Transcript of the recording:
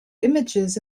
images